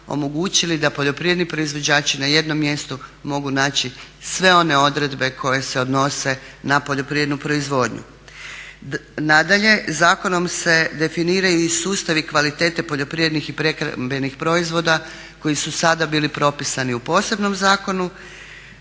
da poljoprivredni proizvođači na jednom mjestu mogu naći sve one odredbe koje se odnose na poljoprivrednu proizvodnju. Nadalje, zakonom se definiraju i sustavi kvalitete poljoprivrednih i prehrambenih proizvoda koji su sada bili propisani u posebnom zakonu,